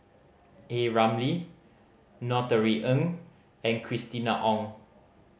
A Ramli Ng and Christina Ong